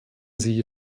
sie